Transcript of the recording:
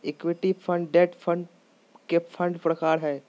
equity fund, debt fund fund के प्रकार हय